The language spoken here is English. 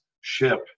ship